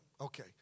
Okay